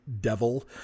devil